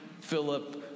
Philip